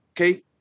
Okay